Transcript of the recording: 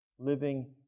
living